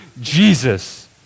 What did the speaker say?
Jesus